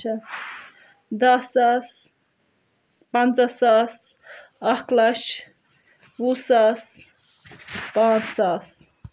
چھا دہ ساس پَنٛژاہ ساس اَکھ لَچھ وُہ ساس پانٛژھ ساس